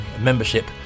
membership